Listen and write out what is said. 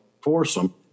foursome